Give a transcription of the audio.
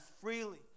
freely